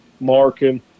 marking